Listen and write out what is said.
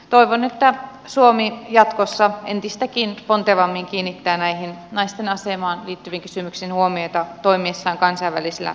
toivon että suomi jatkossa entistäkin pontevammin kiinnittää näihin naisten asemaan liittyviin kysymyksiin huomiota toimiessaan kansainvälisillä kentillä